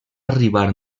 arribar